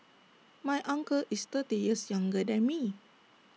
my uncle is thirty years younger than me